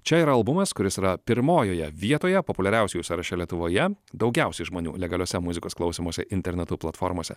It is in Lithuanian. čia yra albumas kuris yra pirmojoje vietoje populiariausiųjų sąraše lietuvoje daugiausiai žmonių legaliose muzikos klausymosi internetu platformose